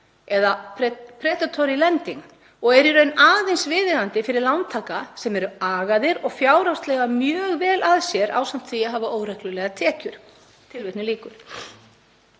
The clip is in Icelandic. eða „predatory lending“ og eru í raun aðeins viðeigandi fyrir lántaka sem eru agaðir og fjárhagslega mjög vel að sér ásamt því að hafa óreglulegar tekjur.“ Ég vek